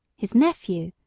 his nephew,